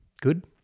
Good